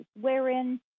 wherein